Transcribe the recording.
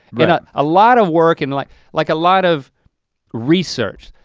but a lot of work and like like a lot of research.